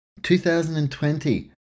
2020